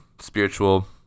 spiritual